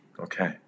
Okay